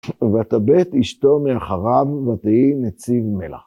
ותבט אשתו מאחריו ותהי נציב מלח.